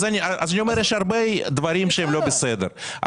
יש הרבה דברים שהם לא בסדר,